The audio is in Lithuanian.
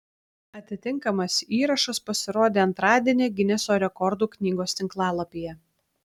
atitinkamas įrašas pasirodė antradienį gineso rekordų knygos tinklalapyje